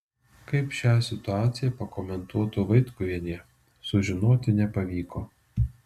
kaip šią situaciją pakomentuotų vaitkuvienė sužinoti nepavyko